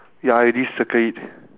ya it is circle it